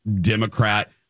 Democrat